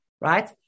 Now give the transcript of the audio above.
right